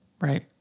right